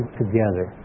together